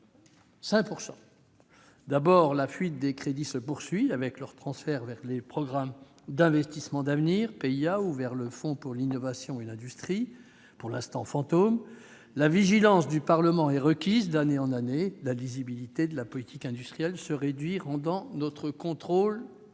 5 %. D'abord, la fuite des crédits se poursuit, avec leur transfert vers les PIA ou vers le fonds pour l'innovation et l'industrie (FII), pour l'instant fantôme. La vigilance du Parlement est requise : d'année en année, la lisibilité de la politique industrielle se réduit, rendant notre contrôle très